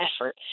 Effort